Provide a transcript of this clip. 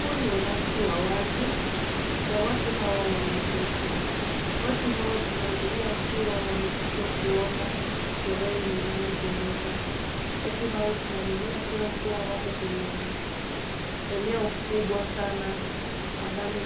Huu ni umati wa watu na watu hawa wameketi, watu hawa tunaaminia kuwa wamekuja kuona sherehe linalotendeka, watu hao tunaaminia pia wako kwenye eneo kubwa sana ambalo